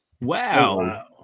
Wow